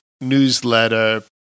newsletter